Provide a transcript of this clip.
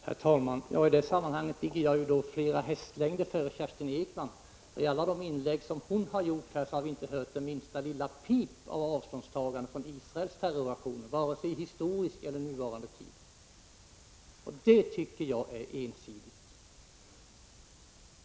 Herr talman! I det avseendet ligger jag flera hästlängder före Kerstin Ekman. Inte i något av de inlägg som hon har gjort här har vi fått höra det minsta lilla pip om något avståndstagande från Israels terroraktioner i historisk eller i nuvarande tid. Det tycker jag är ensidigt.